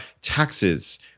taxes